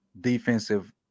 defensive –